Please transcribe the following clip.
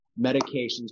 medications